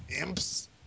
Imps